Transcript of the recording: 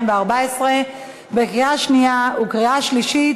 הממשלה שנוגעות לגירושין לשרת המשפטים.